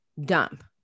dump